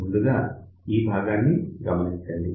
ముందుగా ఈ భాగాన్ని గమనించండి